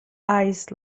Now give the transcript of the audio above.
eyes